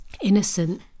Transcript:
innocent